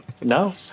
no